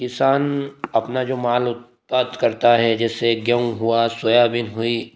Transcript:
किसान अपना जो माल हो उत्पाद करता है जैसे गेहूं हुआ सोयाबीन हुई